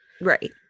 Right